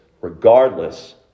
regardless